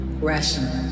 Rational